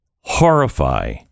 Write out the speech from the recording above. horrify